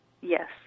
Yes